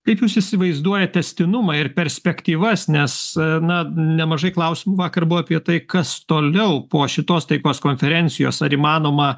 kaip jūs įsivaizduojat tęstinumą ir perspektyvas nes na nemažai klausimų vakar buvo apie tai kas toliau po šitos taikos konferencijos ar įmanoma